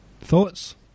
thoughts